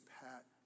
Pat